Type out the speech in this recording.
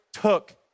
took